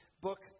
book